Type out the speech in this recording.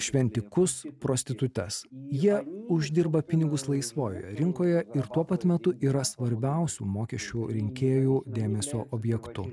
šventikus prostitutes jie uždirba pinigus laisvojoje rinkoje ir tuo pat metu yra svarbiausių mokesčių rinkėjų dėmesio objektu